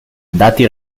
dati